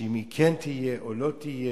אם היא כן תהיה או לא תהיה.